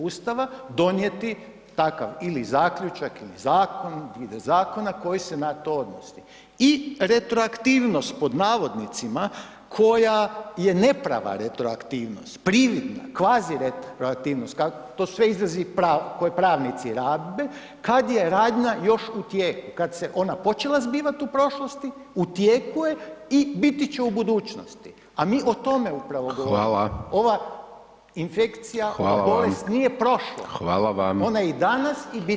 Ustava donijeti takav ili zaključak ili zakon … [[Govornik se ne razumije]] zakona koji se na to odnosi i retroaktivnost pod navodnicima koja je neprava retroaktivnost, prividna, kvazi retroaktivnost, to su sve izrazi koje pravnici rabe, kad je radnja još u tijeku, kad se ona počela zbivat u prošlosti, u tijeku je i biti će u budućnosti, a mi o tome upravo govorimo [[Upadica: Hvala]] Ova infekcija [[Upadica: Hvala vam]] je bolest nije prošlo [[Upadica: Hvala vam]] ona je i danas i biti će.